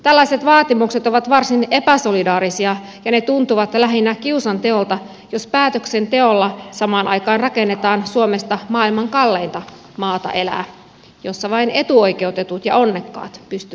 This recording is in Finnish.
tällaiset vaatimukset ovat varsin epäsolidaarisia ja ne tuntuvat lähinnä kiusanteolta jos päätöksenteolla samaan aikaan rakennetaan suomesta maailman kalleinta maata elää jossa vain etuoikeutetut ja onnekkaat pystyvät asumaan